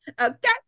okay